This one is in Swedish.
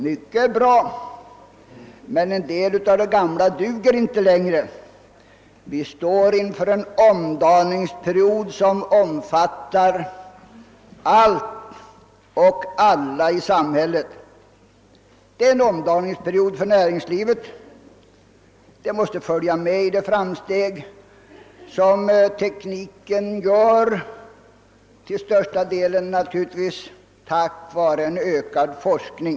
Mycket är bra, men en del av det gamla duger inte längre. Vi står inför en omdaningsperiod som omfattar allt och alla i samhället. Det är en omdaningsperiod för näringslivet som måste följa med i de framsteg som tekniken gör, till största delen tack vare en ökad forskning.